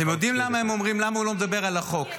אתם יודעים למה הוא לא מדבר על החוק,